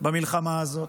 במלחמה הזאת,